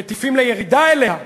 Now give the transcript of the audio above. שמטיפים לירידה אליה,